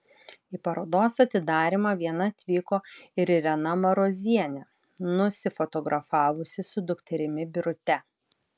į parodos atidarymą viena atvyko ir irena marozienė nusifotografavusi su dukterimi birute